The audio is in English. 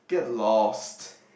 get lost